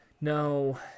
no